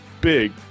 big